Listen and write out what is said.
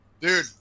Dude